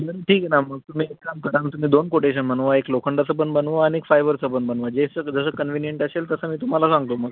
ठीक आहे ना मग तुम्ही एक काम करा तुम्ही दोन कोटेशन बनवा एक लोखंडाचं पण बनवा आणि एक फायबरचं पण बनवा जे स जसं कन्विनीयंट असेल तसं मी तुम्हाला सांगतो मग